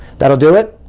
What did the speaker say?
that'll do it.